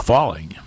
Falling